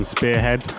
Spearhead